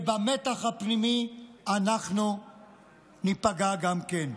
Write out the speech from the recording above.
ובמתח הפנימי אנחנו ניפגע גם כן.